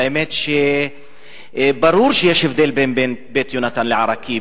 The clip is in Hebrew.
האמת שברור שיש הבדל בין "בית יהונתן" לאל-עראקיב,